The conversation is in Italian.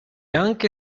anche